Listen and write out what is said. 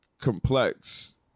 complex